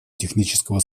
технического